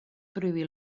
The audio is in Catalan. prohibir